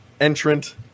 entrant